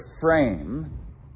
frame